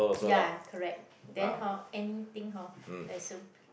ya correct then hor anything hor